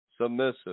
submissive